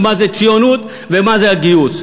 מה זו ציונות ומה זה הגיוס.